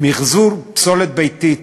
מיחזור פסולת ביתית,